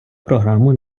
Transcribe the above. програму